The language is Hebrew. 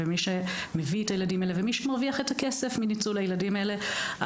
במי שמביא את הילדים האלה ובמי שמרוויח את הכסף מניצול הילדים האלה,